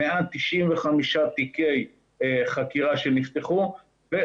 195 תיקי חקירה שנפתחו,